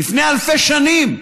לפני אלפי שנים.